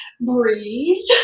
breathe